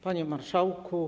Panie Marszałku!